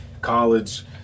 College